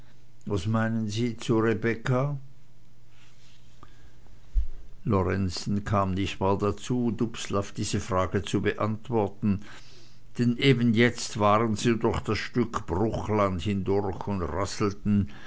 was meinen sie zu rebekka lorenzen kam nicht mehr dazu dubslav diese frage zu beantworten denn eben jetzt waren sie durch das stück bruchland hindurch und rasselten